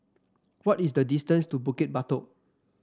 what is the distance to Bukit Batok